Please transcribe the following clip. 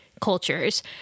cultures